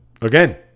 again